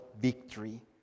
victory